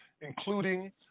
including